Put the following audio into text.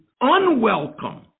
unwelcome